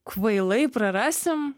kvailai prarasim